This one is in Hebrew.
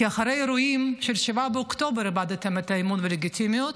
כי אחרי האירועים של 7 באוקטובר איבדתם את האמון והלגיטימיות.